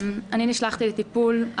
אני נשלחתי לטיפול.